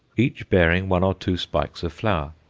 each bearing one or two spikes of flower,